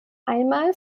einmal